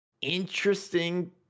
interesting